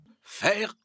Faire